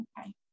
okay